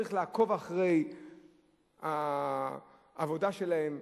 צריך לעקוב אחרי העבודה שלהם,